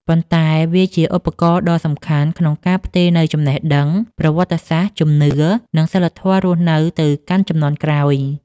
ប៉ុន្តែវាជាឧបករណ៍ដ៏សំខាន់ក្នុងការផ្ទេរនូវចំណេះដឹង ប្រវត្តិសាស្ត្រ ជំនឿសាសនា និងសីលធម៌រស់នៅទៅកាន់ជំនាន់ក្រោយ។